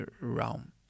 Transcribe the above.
realm